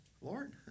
Lord